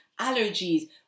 allergies